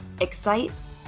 excites